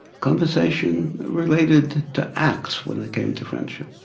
conversation related to acts, when they came to friendship,